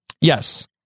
Yes